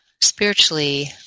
spiritually